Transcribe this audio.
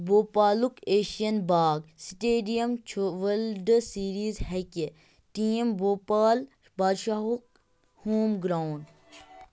بوپالُک ایشَین باغ سٹیڈیم چھُ world series hockey team Bhopal بادشاہُک ہوم گرٛاوُنٛڈ